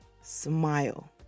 smile